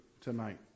tonight